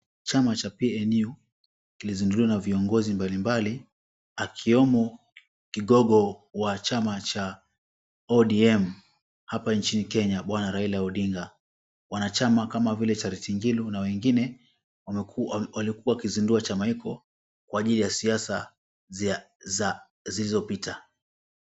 Chama cha PNU kilizinduliwa na viongozi mbalimbali akiwemo kigogo wa chama cha ODM hapa nchini Kenya bwana Raila Odinga. Wanachama kama vile Charity Ngilu na wengine walikuwa wakizinduwa chama hicho kwa ajili ya siasa zilizopita.